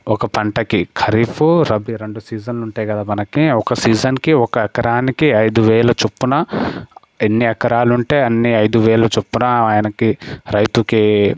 ఒక పంటకి ఖరీఫ్ రబి రెండు సీజన్లు ఉంటాయి కదా మనకి ఒక సీజన్కి ఒక ఎకరానికి ఐదు వేలు చొప్పున ఎన్ని ఎకరాలు ఉంటే అన్ని అయిదు వేలు చొప్పున ఆయనకి రైతుకి